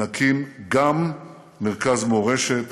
נקים גם מרכז מורשת.